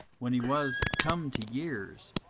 when he was come to years,